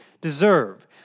deserve